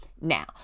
Now